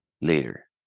later